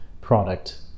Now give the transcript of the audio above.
product